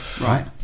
right